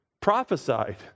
prophesied